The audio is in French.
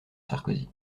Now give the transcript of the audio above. sarkozy